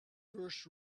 first